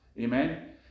Amen